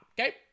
okay